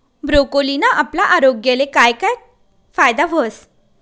ब्रोकोलीना आपला आरोग्यले काय काय फायदा व्हस